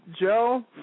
Joe